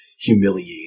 humiliate